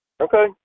Okay